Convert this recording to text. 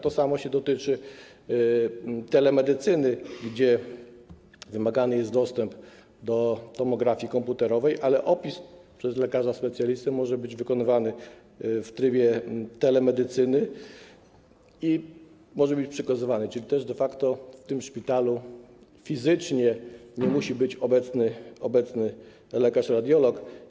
To samo dotyczy telemedycyny, gdzie wymagany jest dostęp do tomografii komputerowej, ale opis przez lekarza specjalistę może być wykonywany w trybie telemedycyny i może być przekazywany, czyli też de facto w szpitalu fizycznie nie musi być obecny lekarz radiolog.